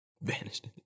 Vanished